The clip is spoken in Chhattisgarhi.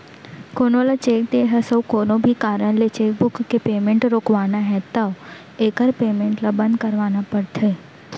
कोनो ल चेक दे हस अउ कोनो भी कारन ले चेकबूक के पेमेंट रोकवाना है तो एकर पेमेंट ल बंद करवाना परथे